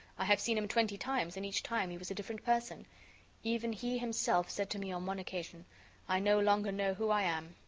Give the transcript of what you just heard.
i have seen him twenty times and each time he was a different person even he himself said to me on one occasion i no longer know who i am.